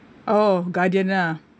oh guardian lah